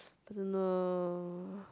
don't know